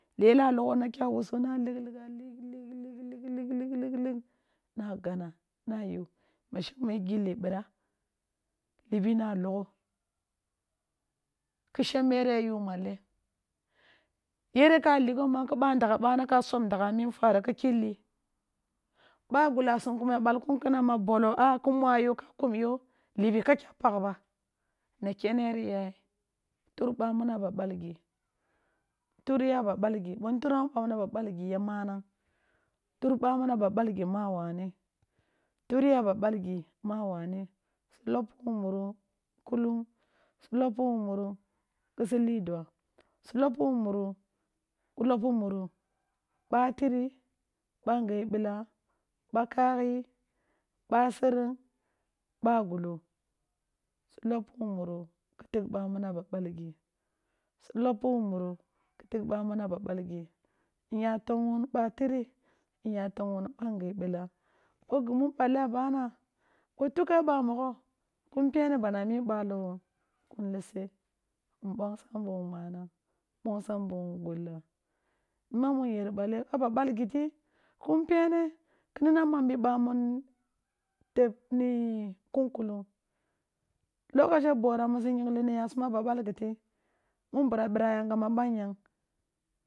Lela a lọghọ na kya wusso na ligh ligha, ligh, ligh, ligh, ligh, ligh, ligh, nag ana na yu bashangme gilli ɓira liɓi na lọghọ, ki shembe ri ya yu malen? Yere ka sọb ndagha amii nfa ri ki kyi li ba gula sum kuma ya balkun kana ma bọlọ, aa ko mwaa yo ka kum yo, liɓi ka kya pagh ba. Na kuene ri ya yen? Tur ɓamun a ba balgi, tur ya a ba balgi, ɓo n tura wun ɓamun a ba balgi ya maanang. Tur bamun aba balgi maa wane, tur ya a ba balgi maa wane, tur ya a ba ɓalgi ma wane, tur ya a ba ɓalgi ma wane si lọppi wun muuru kulung, si lọppi wun kisi liduwa si lọppi wun ki lọppi muru ba tri, ɓa sereng, ba gulo si lọppi wun mune ki tigh bamun aba ɓalgi, si lọppi wan muru n ya tọng wun ba tri, n ya tọng wan ɓa nggye ɓila, ɓo gi mu n ɓalli a hana bo tukke ɓa mọghọ ki n peni ban amii ɓaali wun ki n lisse. N ɓọng sam bi wun gull ani mamn mu n yer bale, aba balgi ti ki n pene ki nọngna mam bi ba mun teb ni kun kulung, lokoche bora musi nyinglini yaasum a ɓa ɓalgi ti mun ɓra ɓira yagham a banyam.